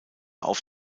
auf